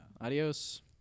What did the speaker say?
Adios